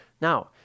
Now